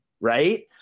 Right